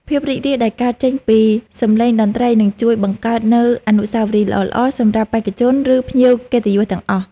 ភាពរីករាយដែលកើតចេញពីសម្លេងតន្ត្រីនឹងជួយបង្កើតនូវអនុស្សាវរីយ៍ល្អៗសម្រាប់បេក្ខជន ឬ ភ្ញៀវកិត្តិយសទាំងអស់។